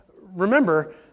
remember